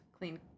clean